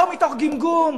לא מתוך גמגום,